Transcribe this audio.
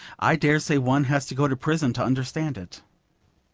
i dare say one has to go to prison to understand it.